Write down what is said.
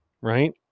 Right